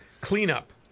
cleanup